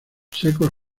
secos